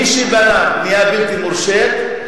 מי שבנה בנייה בלתי מורשית,